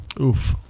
Oof